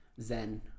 zen